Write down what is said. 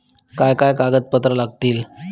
काय काय कागदपत्रा लागतील?